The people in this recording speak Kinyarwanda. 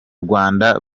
rwanda